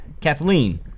Kathleen